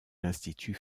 l’institut